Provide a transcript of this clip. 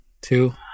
two